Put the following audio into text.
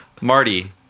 Marty